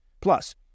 Plus